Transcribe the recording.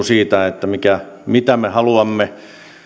siitä mitä me haluamme